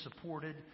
supported